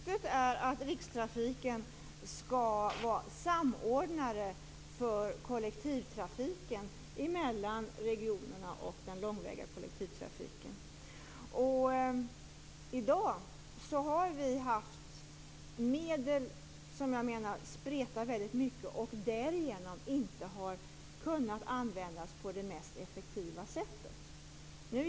Herr talman! Syftet är att Rikstrafiken skall vara samordnare för kollektivtrafiken mellan regionerna och den långväga kollektivtrafiken. I dag har vi medel som spretar väldigt mycket, och vi har därigenom inte kunnat använda dem på det mest effektiva sättet.